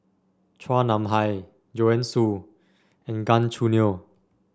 Chua Nam Hai Joanne Soo and Gan Choo Neo